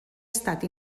estat